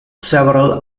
several